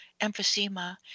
emphysema